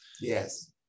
Yes